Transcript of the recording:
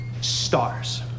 Stars